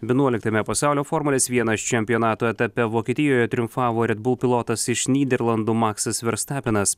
vienuoliktame pasaulio formulės vienas čempionato etape vokietijoje triumfavo redbul pilotas iš nyderlandų maksas verstapenas